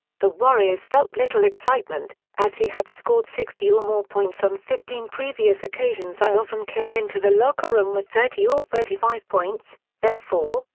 the warriors felt little excitement, as he had scored sixty or more points on fifteen previous occasions i often came into the locker room with thirty or thirty five points, therefore,